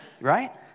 Right